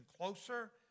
closer